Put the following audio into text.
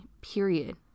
period